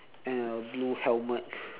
and a blue helmet